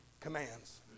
commands